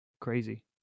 Crazy